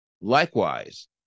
Likewise